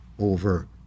over